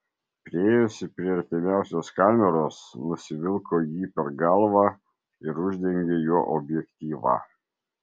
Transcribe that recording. priėjusi prie artimiausios kameros nusivilko jį per galvą ir uždengė juo objektyvą